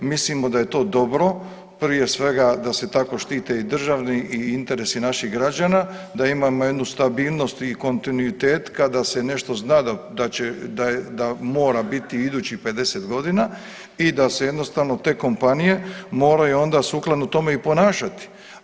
Mislimo da je to dobro, prije svega da se tako štite i državni i interesi naših građana da imamo jednu stabilnost i kontinuitet kada se nešto zna da mora biti idućih 50 godina i da se jednostavno te kompanije moraju onda sukladno tome i ponašati.